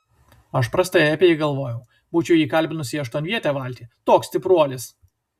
aš prastai apie jį galvojau būčiau jį kalbinusi į aštuonvietę valtį toks stipruolis